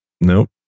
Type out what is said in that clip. Nope